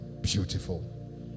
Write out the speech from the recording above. Beautiful